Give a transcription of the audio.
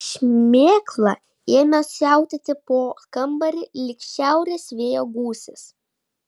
šmėkla ėmė siautėti po kambarį lyg šiaurės vėjo gūsis